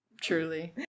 Truly